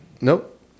nope